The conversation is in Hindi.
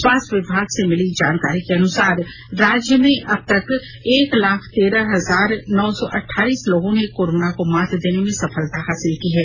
स्वास्थ्य विभाग से मिली जानकारी के अनुसार राज्य में अब तक एक लाख तेरह हजार नौ सौ अठ्ठाइस लोगों ने कोरोना को मात देने में सफलता हासिल की है